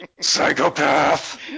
Psychopath